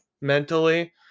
mentally